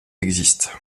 existent